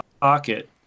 pocket